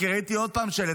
כי ראיתי עוד פעם שלט,